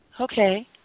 okay